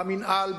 במינהל,